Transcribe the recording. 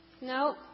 No